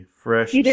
fresh